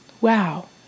Wow